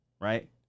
right